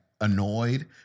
annoyed